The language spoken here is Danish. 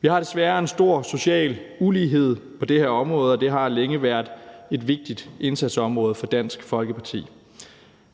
Vi har desværre en stor social ulighed på det her område, og det har længe været et vigtigt indsatsområde for Dansk Folkeparti.